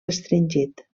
restringit